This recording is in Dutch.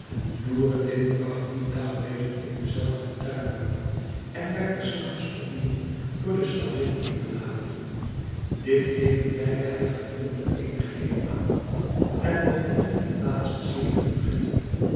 noureddin bragt dien dag weder in denzelfden tuin door en werd des nachts op nieuw door de slavin ingelaten dit leven leidde hij gedurende eene geheele maand en begon hem ten laatste zeer te verdrieten